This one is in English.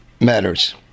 matters